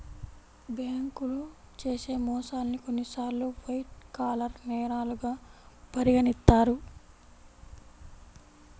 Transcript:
బ్యేంకులు చేసే మోసాల్ని కొన్నిసార్లు వైట్ కాలర్ నేరాలుగా పరిగణిత్తారు